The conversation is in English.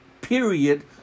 period